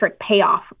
payoff